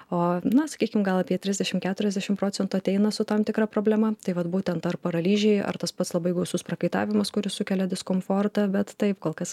o na sakykim gal apie trisdešimt keturiasdešimt procentų ateina su tam tikra problema tai vat būtent ar paralyžiai ar tas pats labai gausus prakaitavimas kuris sukelia diskomfortą bet taip kol kas